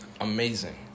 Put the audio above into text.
amazing